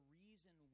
reason